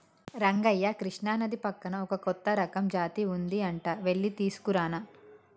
రంగయ్య కృష్ణానది పక్కన ఒక కొత్త రకం జాతి ఉంది అంట వెళ్లి తీసుకురానా